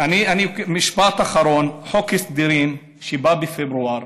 משפט אחרון: חוק הסדרים שבא בפברואר